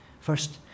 First